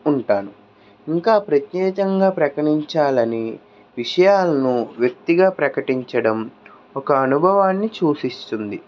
ఉంటాను ఇంకా ప్రత్యేకంగా ప్రకటించాలని విషయాలను వ్యక్తిగా ప్రకటించడం ఒక అనుభవాన్ని సూచిస్తుంది